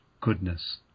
goodness